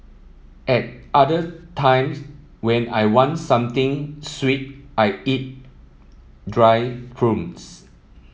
at other times when I want something sweet I eat dried prunes